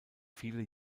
viele